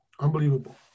unbelievable